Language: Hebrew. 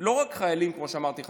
לא רק חיילים כמו שאמרתי לך,